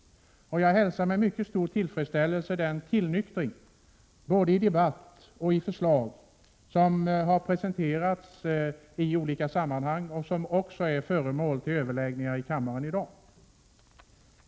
Jag hälsar därför med mycket stor tillfredsställelse den tillnyktring som visat sig i debatten och i olika förslag som har presenterats i olika sammanhang och som också är föremål för överläggningar i kammaren i dag.